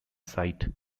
site